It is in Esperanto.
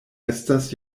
estas